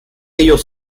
ellos